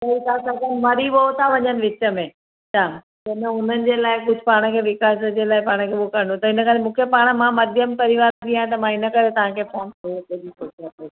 चई ता सघनि मरी उहे था वञनि विच में जाम जंहिंमें हुननि जे लाइ बि कुछ पाण खे विकास जे लाइ पाण खे हो करणो त हिन करे मूंखे पाण मां मध्यम परिवार जी आ त मां हिन करे तांखे फोन कयो हिते बि पुछण लाए